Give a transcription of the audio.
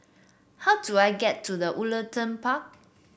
how do I get to the Woollerton Park